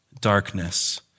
darkness